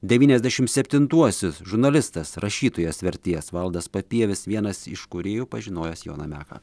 devyniasdešim septintuosius žurnalistas rašytojas vertėjas valdas papievis vienas iš kūrėjų pažinojęs joną meką